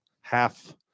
half